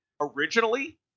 Originally